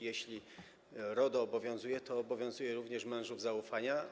Jeśli RODO obowiązuje, to obowiązuje również mężów zaufania.